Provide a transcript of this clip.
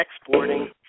exporting